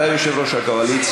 אתה יושב ראש הקואליציה,